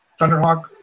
Thunderhawk